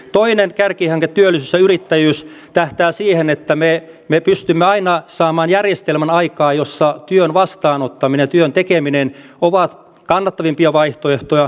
toinen kärkihanke työllisyys ja yrittäjyys tähtää siihen että me pystymme saamaan aikaan järjestelmän jossa työn vastaanottaminen ja työn tekeminen ovat aina kannattavimpia vaihtoehtoja